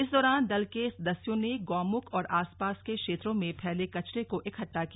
इस दौरान दल के सदस्यों ने गौमुख और आसपास के क्षेत्रों में फैले कचरे को इकट्टा किया